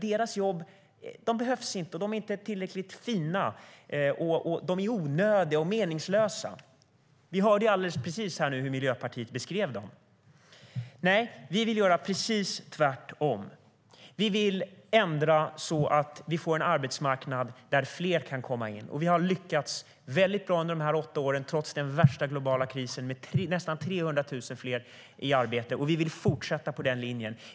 Deras jobb behövs inte, och dessa jobb är inte tillräckligt fina. De är onödiga och meningslösa. Vi hörde här alldeles nyss hur de beskrevs från Miljöpartiet. Nej, vi vill göra precis tvärtom. Vi vill ha en arbetsmarknad där fler kan komma in. Vi har lyckats väldigt bra under dessa åtta år - trots den värsta globala krisen - med nästan 300 000 fler i arbete, och vi vill fortsätta på den linjen.